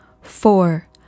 four